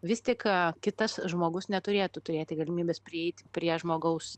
vis tik kitas žmogus neturėtų turėti galimybės prieiti prie žmogaus